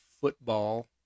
football